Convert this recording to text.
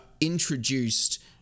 introduced